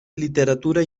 literatura